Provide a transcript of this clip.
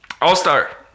all-star